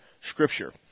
Scripture